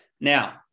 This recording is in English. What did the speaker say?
now